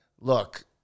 look